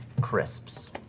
crisps